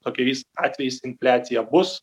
tokiais atvejais infliacija bus